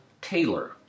Taylor